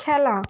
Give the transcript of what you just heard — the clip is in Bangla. খেলা